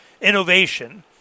innovation